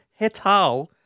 Hetal